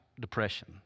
depression